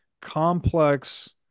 complex